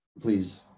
please